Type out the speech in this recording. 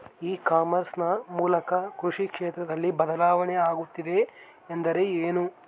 E commerce ನ ಮೂಲಕ ಕೃಷಿ ಕ್ಷೇತ್ರದಲ್ಲಿ ಬದಲಾವಣೆ ಆಗುತ್ತಿದೆ ಎಂದರೆ ಏನು?